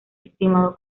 estimado